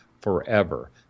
forever